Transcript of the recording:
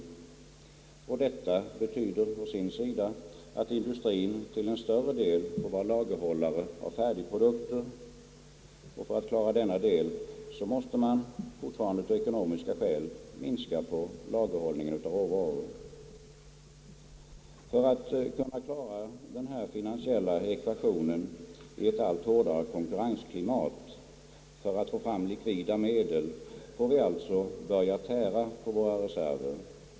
Och detta betyder å sin sida att industrien till en större del får vara lagerhållare av färdigprodukter, och för att klara denna del måste man fortfarande av ekonomiska skäl minska på lagerhållningen av råvaror, För att kunna klara den finansiella ekvationen i ett allt hårdare konkurrensklimat, för att få fram likvida medel, får vi alltså börja tära på våra reserver.